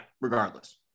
regardless